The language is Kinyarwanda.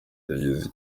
yageze